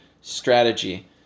strategy